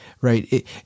right